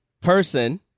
person